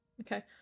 Okay